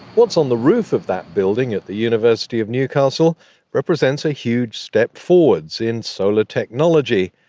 what's on the roof of that building at the university of newcastle represents a huge step forward in solar technology,